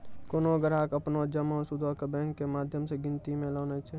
कोनो ग्राहक अपनो जमा सूदो के बैंको के माध्यम से गिनती मे लानै छै